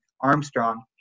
Armstrong